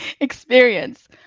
experience